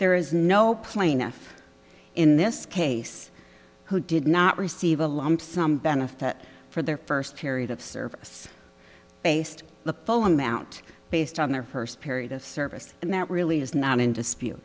there is no plaintiff in this case who did not receive a lump sum benefit for their first period of service based the full amount based on their first period of service and that really is not in dispute